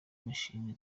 mashini